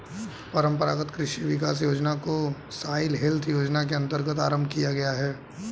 परंपरागत कृषि विकास योजना को सॉइल हेल्थ योजना के अंतर्गत आरंभ किया गया है